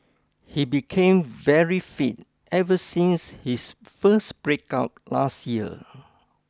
he became very fit ever since his first breakup last year